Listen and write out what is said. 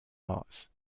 arts